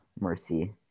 Mercy